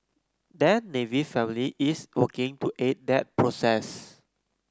their navy family is working to aid that process